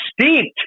steeped